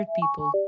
people